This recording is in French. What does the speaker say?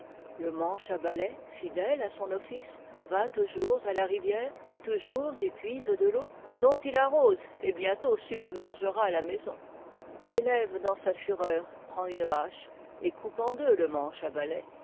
le manche à balai fidèle à son office va toujours à la rivière et toujours y puise de l'eau dont il arrose et bientôt submergera la maison l'élève dans sa fureur prend une hache et coupe en deux le manche à balai